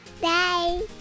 Bye